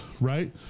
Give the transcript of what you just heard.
right